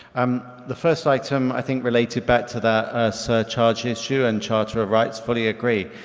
um the first item i think related back to that a surcharge issue and charter of rights, fully agree.